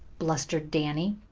blustered danny.